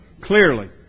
clearly